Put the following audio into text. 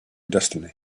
destiny